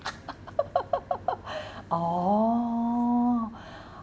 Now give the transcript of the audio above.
oh